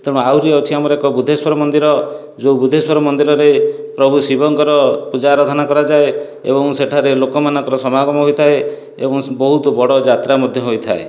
ତେଣୁ ଆହୁରି ଅଛି ଆମର ଏକ ବୁଦ୍ଧେଶ୍ଵର ମନ୍ଦିର ଯଉ ବୁଦ୍ଧେଶ୍ଵର ମନ୍ଦିରରେ ପ୍ରଭୁ ଶିବଙ୍କର ପୂଜା ଆରାଧନା କରାଯାଏ ଏବଂ ସେଠାରେ ଲୋକମାନଙ୍କର ସମାଗମ ହୋଇଥାଏ ଏବଂ ବହୁତ ବଡ଼ ଯାତ୍ରା ମଧ୍ୟ ହୋଇଥାଏ